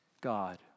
God